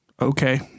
okay